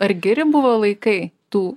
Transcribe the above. ar geri buvo laikai tų